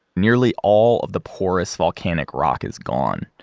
nearly all of the porous volcanic rock is gone,